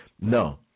No